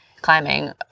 Climbing